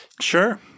sure